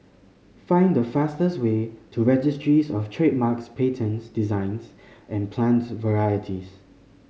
find the fastest way to Registries Of Trademarks Patents Designs and Plants Varieties